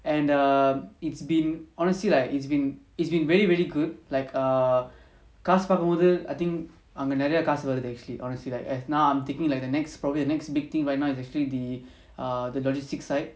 and err it's been honestly lah it's been it's been really really good like err காசுபார்க்கும்போது:kaasu parkumpothu I think அங்கநெறயகாசுவருது:anga neraya kaasu varuthu honestly like as now I'm taking like the next probably the next big thing right now is actually the err the logistics side